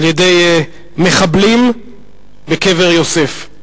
על-ידי מחבלים בקבר יוסף.